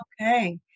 Okay